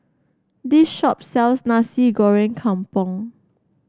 this shop sells Nasi Goreng Kampung